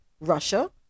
Russia